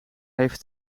heeft